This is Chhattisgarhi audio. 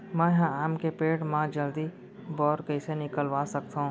मैं ह आम के पेड़ मा जलदी बौर कइसे निकलवा सकथो?